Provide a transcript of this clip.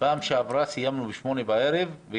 בפעם שעברה סיימנו בשעה שש-שבע בערב.